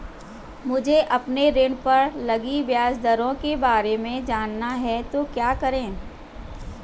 मुझे अपने ऋण पर लगी ब्याज दरों के बारे में जानना है तो क्या करें?